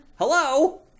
hello